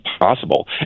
possible